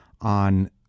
On